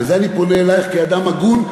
ואני פונה אלייך כאדם הגון,